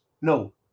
no